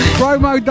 promo